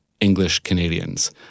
English-Canadians